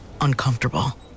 uncomfortable